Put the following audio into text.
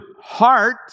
heart